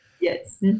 Yes